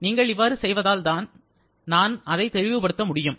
நீங்கள் இவ்வாறு செய்வதால் நான் அதை தெளிவுபடுத்த முடியும்